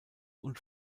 und